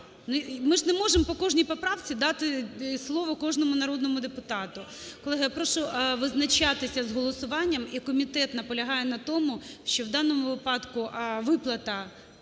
Ми ж не можемо по кожній поправці дати слово кожному народному депутату. Колеги, я прошу визначатися з голосуванням, і комітет наполягає на тому, що в даному випадку виплата